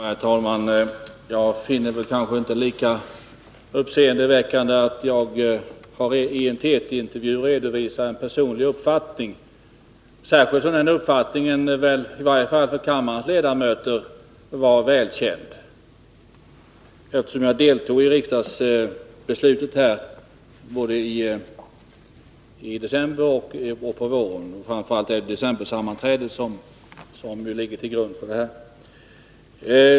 Herr talman! Jag finner det kanske inte lika uppseendeväckande som Nils Hjorth att jag i en TT-intervju redovisat en personlig uppfattning, särskilt som den uppfattningen i varje fall för kammarens ledamöter var välkänd eftersom jag deltog i riksdagsbesluten både i december och på våren. Framför allt är det ju decembersammanträdet som ligger till grund för uttalandet.